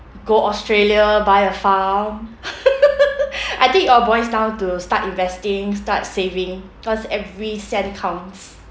go Australia buy a farm I think it all boils down to start investing start saving cause every cent counts